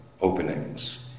openings